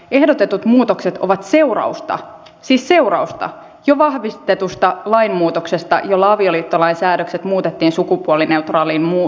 ehdotetut muutokset ovat seurausta siis seurausta jo vahvistetusta lainmuutoksesta jolla avioliittolain säännökset muutettiin sukupuolineutraaliin muotoon